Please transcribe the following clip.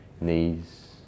knees